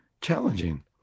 challenging